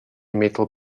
metal